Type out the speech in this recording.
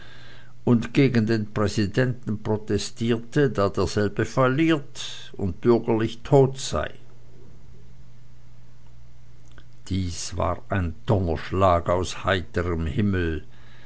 und gegen den präsidenten protestierte da derselbe falliert und bürgerlich tot sei dies war ein donnerschlag aus heiterm himmel